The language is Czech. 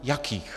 Jakých?